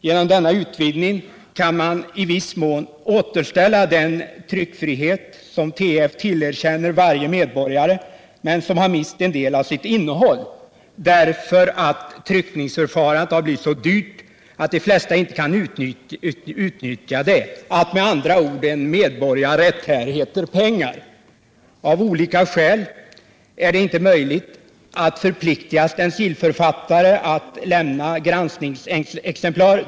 Genom denna utvidgning kan man i viss mån återställa den tryckfrihet som TF tillerkänner varje medborgare men som har mist en del av sitt innehåll därför att tryckningsförfarandet har blivit så dyrt att de flesta inte kan utnyttja det — att med andra ord medborgarrätt heter pengar. Av olika skäl är det inte möjligt att förpliktiga stencilförfattare att lämna granskningsexemplar.